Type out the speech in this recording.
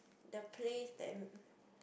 the place that